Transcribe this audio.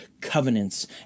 covenants